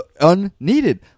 Unneeded